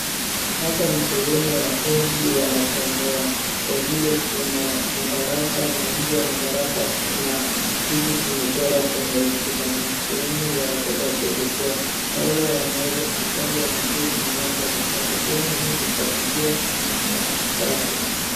Hapa ni sehemu wanafunzi wanasomea. Kwa vile kuna madarasa na nje ya madarasa kuna vitu zimechorwa kwenye ukuta. Ni sehemu ya watoto wa chekechea. Maua yameweza kuchongwa vizuri na nyasi amekawa . Sehemu hii imefagiliwa na ni safi.